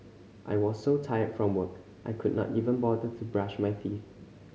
I was so tired from work I could not even bother to brush my teeth